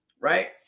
right